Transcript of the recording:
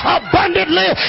abundantly